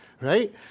right